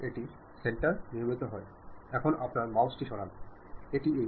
കുട്ടി എന്തിനാണ് കരയുന്നതെന്ന് അമ്മയ്ക്ക് മാത്രമേ അറിയാവൂ